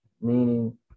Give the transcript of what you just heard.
meaning